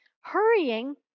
hurrying